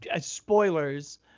spoilers